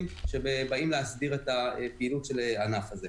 שבאים להסדיר את הפעילות של הענף הזה.